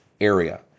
area